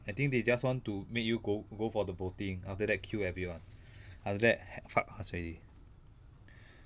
I think they just want to make you go go for the voting after that queue everyone after that h~ fuck